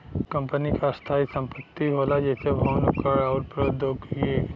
company क स्थायी संपत्ति होला जइसे भवन, उपकरण आउर प्रौद्योगिकी